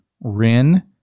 Rin